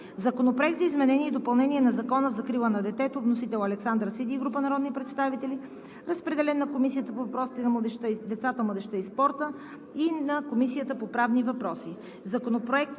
Законопроект за изменение и допълнение на Закона за закрила на детето. Вносител – Александър Сиди и група народни представители. Разпределен е на Комисията по въпросите на децата, младежта и спорта и на Комисията по правни въпроси.